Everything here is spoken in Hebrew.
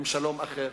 עם שלום אחר,